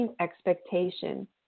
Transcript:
expectation